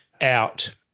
out